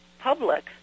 public